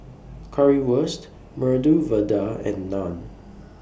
Currywurst Medu Vada and Naan